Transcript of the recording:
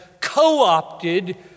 co-opted